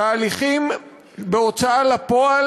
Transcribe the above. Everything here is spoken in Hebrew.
תהליכים בהוצאה לפועל,